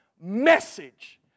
message